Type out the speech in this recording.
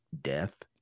death